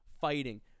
fighting